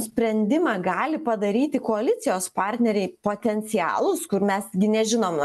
sprendimą gali padaryti koalicijos partneriai potencialūs kur mes nežinoma